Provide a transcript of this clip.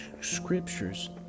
Scriptures